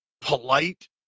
polite